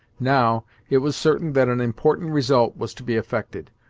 now, it was certain that an important result was to be effected,